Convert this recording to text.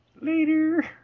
Later